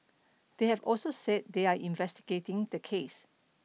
they have also said they are investigating the case